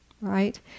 right